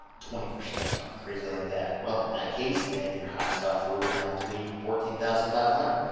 twenty percent or something crazy like that. well, in that case then your highest offer would have to be fourteen thousand five hundred.